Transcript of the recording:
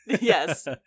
yes